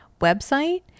website